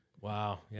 Wow